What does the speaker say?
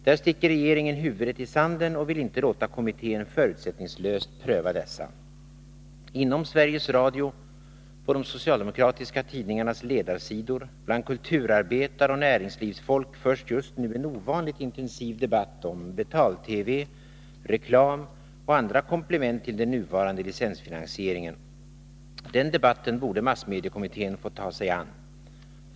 Där sticker regeringen huvudet i sanden och vill inte låta kommittén förutsättningslöst pröva dessa. Inom Sveriges Radio, på de socialdemokratiska tidningarnas ledarsidor, bland kulturarbetare och näringslivsfolk förs just nu en ovanligt intensiv debatt om betal-TV, reklam och andra komplement till den nuvarande licensfinansieringen. Den debatten borde massmediekommittén få ta sig an.